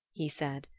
he said.